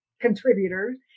contributors